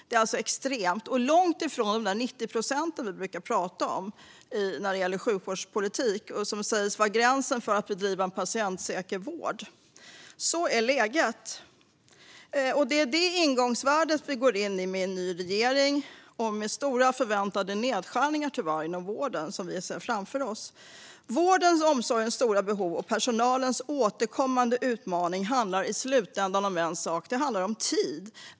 Detta är extremt och långt ifrån de 90 procent som vi brukar prata om i sjukvårdspolitiken och som sägs vara gränsen för att bedriva en patientsäker vård. Så är läget. Det är detta ingångsvärde vi går in i med en ny regering, tyvärr med stora förväntade nedskärningar inom vården. Vårdens och omsorgens stora behov och personalens återkommande utmaning handlar i slutänden om en sak: tid.